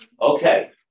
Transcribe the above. okay